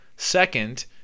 Second